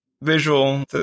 visual